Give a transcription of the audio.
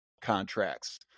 contracts